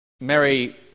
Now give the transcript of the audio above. Mary